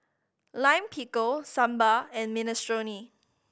Lime Pickle Sambar and Minestrone